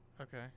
Okay